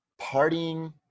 partying